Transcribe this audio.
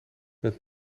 met